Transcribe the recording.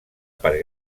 per